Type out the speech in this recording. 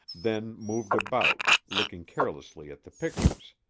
then moved about, looking carelessly at the pictures.